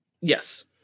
Yes